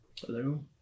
Hello